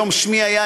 היום שמי היה,